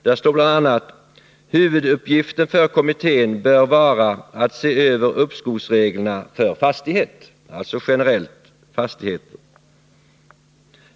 Där står bl.a.: ”Huvuduppgiften för kommittén bör vara att se över uppskovsreglerna för fastigheter.” — Alltså fastigheter generellt.